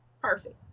perfect